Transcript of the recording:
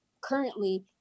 currently